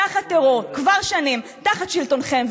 תחת טרור, כבר שנים, תחת שלטונכם.